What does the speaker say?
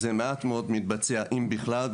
זה מעט מאוד מתבצע אם בכלל.